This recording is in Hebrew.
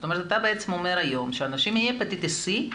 אתה בעצם אומר היום שאנשים עם הפטיטיס סי,